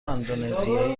اندونزیایی